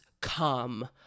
come